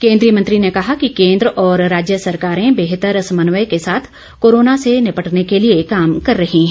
केंद्रीय मंत्री ने कहा कि केंद्र और राज्य सरकारे बेहतर समन्वय के साथ कोरोना से निपटने के लिए काम कर रही है